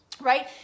right